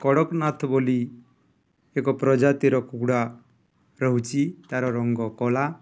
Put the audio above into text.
କଡ଼କନାଥ ବୋଲି ଏକ ପ୍ରଜାତିର କୁକୁଡ଼ା ରହୁଛି ତା'ର ରଙ୍ଗ କଲା